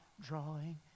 drawing